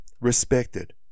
respected